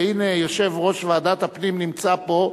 והנה יושב-ראש ועדת הפנים נמצא פה,